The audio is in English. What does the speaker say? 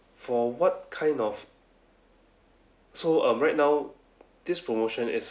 for what kind of so um right now this promotion is